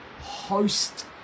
host